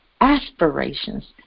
aspirations